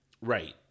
Right